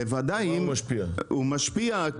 ודאי, הוא משפיע.